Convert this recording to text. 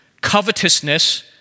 covetousness